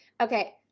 Okay